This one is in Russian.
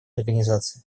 организации